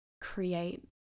create